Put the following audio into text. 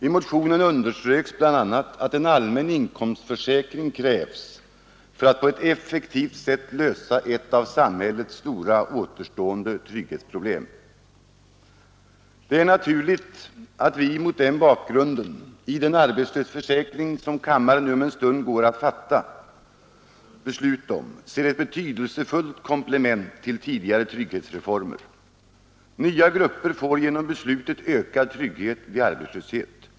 I motionen underströks bl.a. att en allmän inkomstförsäkring krävs för att på ett effektivt sätt lösa ett av samhällets stora återstående trygghetsproblem. Det är mot den bakgrunden naturligt att vi i den arbetslöshetsförsäkring som kammaren om en stund går att fatta beslut om ser ett betydelsefullt komplement till tidigare trygghetsreformer. Nya grupper får genom beslutet ökad trygghet vid arbetslöshet.